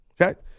Okay